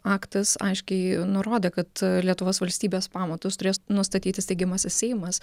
aktas aiškiai nurodė kad lietuvos valstybės pamatus turės nustatyti steigiamasis seimas